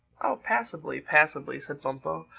oh, passably, passably, said bumpo.